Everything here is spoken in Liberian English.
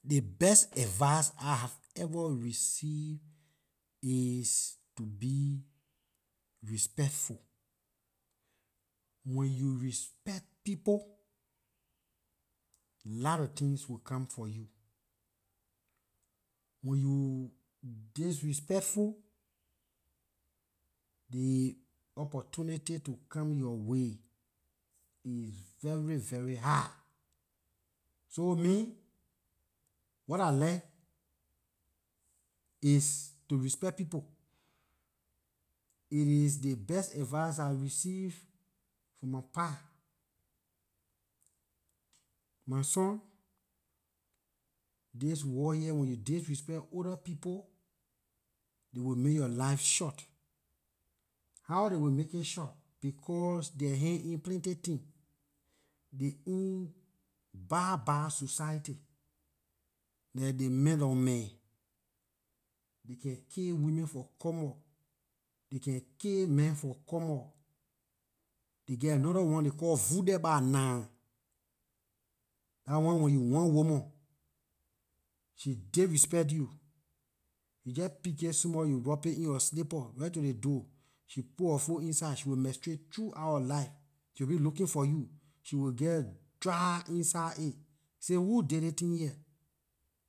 The best advice I have ever received is to be respectful. When you respect people lot of things will come for you. When you disrespectful, the opportunity to come yor way is very very hard, so me what I like is to respect people. It is the best advice dah I received from my pa, my son, this world here when you disrespect older people they will make yor life short. How they will make it short, becor their hands in plenty things. They in bad bad society, like the mannolmen, they can kill women for common, they can kill man for common, they geh another call vudehbahnaah, dah one when you want woman, she disrespect you, you jeh pick it small, you rob it in her slipper right to ley door she put her foot inside she will menstruate throughout her life, she will be looking for you she will geh dry inside it, say who did ley thing here?